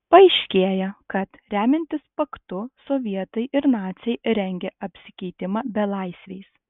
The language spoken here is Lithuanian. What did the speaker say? paaiškėja kad remiantis paktu sovietai ir naciai rengia apsikeitimą belaisviais